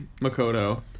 Makoto